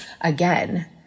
again